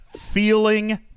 Feeling